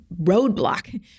roadblock